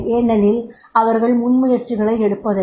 ஏனெனில் அவர்கள் முன்முயற்சிகளை எடுப்பதில்லை